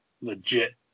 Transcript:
legit